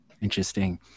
Interesting